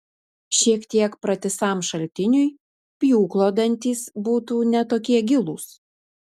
šiek tiek pratisam šaltiniui pjūklo dantys būtų ne tokie gilūs